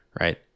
right